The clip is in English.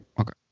Okay